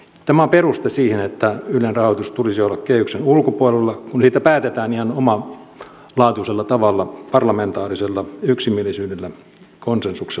tämä on peruste siihen että ylen rahoituksen tulisi olla kehyksen ulkopuolella kun siitä päätetään ihan omalaatuisella tavalla parlamentaarisella yksimielisyydellä konsensuksella